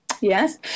Yes